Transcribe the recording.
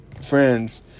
friends